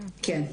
כן.